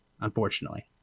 unfortunately